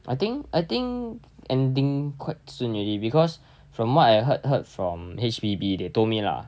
I think I think ending quite soon already because from what I heard heard from H_P_B they told me lah